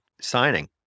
signing